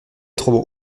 trop